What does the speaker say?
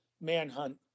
manhunt